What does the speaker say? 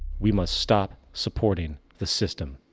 we must stop supporting the system.